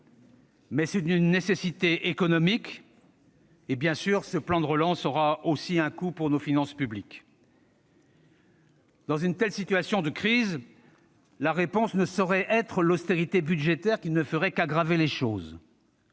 Mais c'est une nécessité économique. Bien sûr, ce plan de relance aura aussi un coût pour nos finances publiques. « Dans une telle situation de crise, la réponse ne saurait être l'austérité budgétaire, qui ne ferait qu'aggraver les choses.